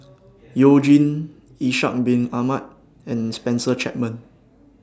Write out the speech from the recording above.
YOU Jin Ishak Bin Ahmad and Spencer Chapman